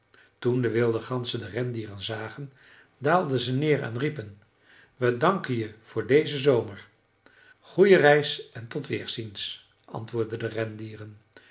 toen de wilde ganzen de rendieren zagen daalden ze neer en riepen we danken je voor dezen zomer goeie reis en tot weerziens antwoordden de rendieren